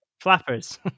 Flappers